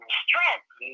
strength